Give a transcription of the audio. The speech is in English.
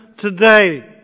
today